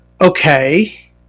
okay